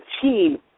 team